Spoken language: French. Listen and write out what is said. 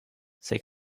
c’est